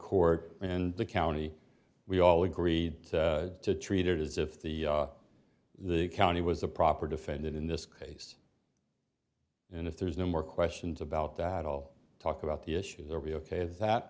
court and the county we all agreed to treat it as if the the county was a proper defendant in this case and if there's no more questions about that i'll talk about the issues are we ok is that